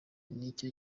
nicyo